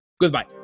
goodbye